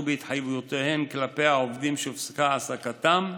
בהתחייבויותיהן כלפי העובדים שהופסקה העסקתם,